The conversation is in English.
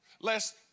lest